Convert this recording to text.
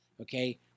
okay